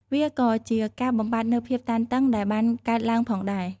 វាក៏ជាការបំបាត់នូវភាពតានតឹងដែលបានកើតឡើងផងដែរ។